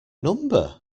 number